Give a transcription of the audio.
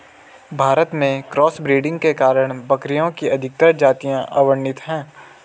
भारत में cross breeding के कारण बकरियों की अधिकतर जातियां अवर्णित है